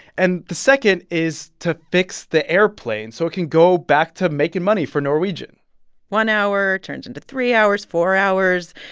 and the second is to fix the airplane so it can go back to making money for norwegian one hour turns into three hours, four hours.